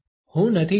હુ નથી જાણતો